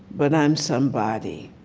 but i'm somebody.